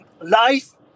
life